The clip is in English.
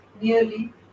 nearly